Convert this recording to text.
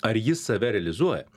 ar jis save realizuoja